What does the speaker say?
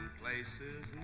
places